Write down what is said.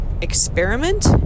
experiment